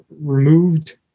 removed